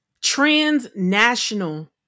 Transnational